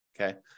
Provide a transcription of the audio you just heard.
Okay